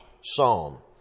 Psalm